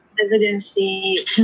residency